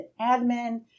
admin